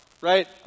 right